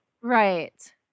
right